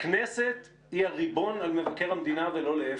הכנסת היא הריבון על מבקר המדינה, ולא להיפך.